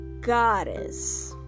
goddess